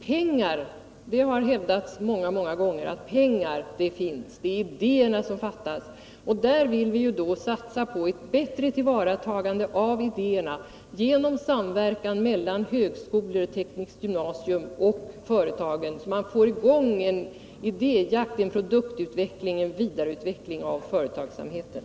Det har ofta hävdats att det finns pengar, men det är idéerna som fattas. Därför vill vi satsa på ett bättre tillvaratagande av idéerna genom samverkan mellan högskolor, tekniska gymnasier och företag, så att vi får igång en idéjakt, en produktutveckling och en vidareutveckling av företagsamheten.